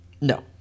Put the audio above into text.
No